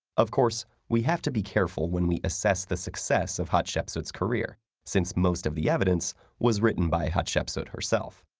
of course, we have to be careful when we assess the success of hatshepsut's career, since most of the evidence was written by hatshepsut herself.